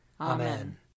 Amen